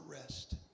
rest